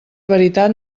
veritat